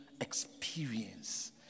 experience